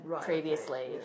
previously